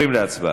צה"ל